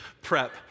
prep